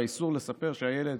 והאיסור לספר שהילד